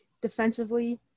defensively